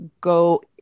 go